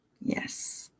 Yes